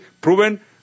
proven